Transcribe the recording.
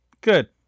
Good